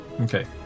Okay